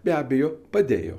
be abejo padėjo